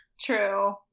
true